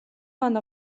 მან